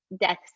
death